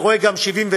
ואני רואה גם 1979,